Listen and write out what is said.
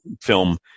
film